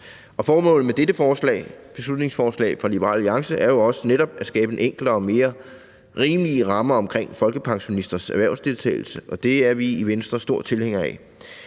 Formålet med dette beslutningsforslag fra Liberal Alliance er jo også netop at skabe en enklere og mere rimelig ramme omkring folkepensionisters erhvervsdeltagelse, og det er vi i Venstre store tilhængere af.